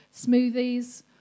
smoothies